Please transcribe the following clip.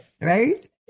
right